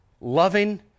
Loving